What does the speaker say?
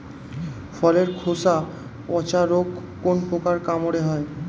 ফলের খোসা পচা রোগ কোন পোকার কামড়ে হয়?